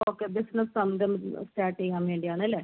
okay business സംരംഭം start ചെയ്യാൻ വേണ്ടിയാണ് അല്ലേ